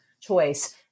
choice